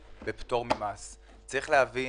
צריך להבין